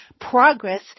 progress